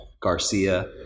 Garcia